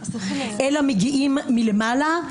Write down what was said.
אלא מגיעים מלמעלה,